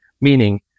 Meaning